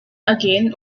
again